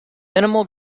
minimal